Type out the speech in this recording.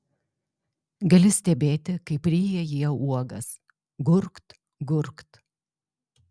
gali stebėti kaip ryja jie uogas gurkt gurkt